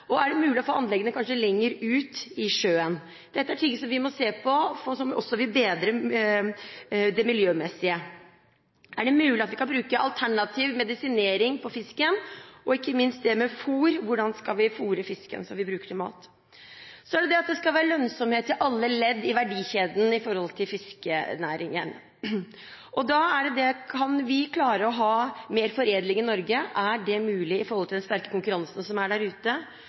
og er det mulig å få anleggene lenger ut i sjøen? Dette er ting som vi må se på, og som også vil bedre det miljømessige. Er det mulig at vi kan bruke alternativ medisinering på fisken? Og ikke minst det med fôr: Hvordan skal vi fôre fisken som vi bruker til mat? Så skal det være lønnsomhet i alle ledd i verdikjeden når det gjelder fiskenæringen. Da er spørsmålet: Kan vi klare å ha mer foredling i Norge – er det mulig med tanke på den sterke konkurransen som er der ute?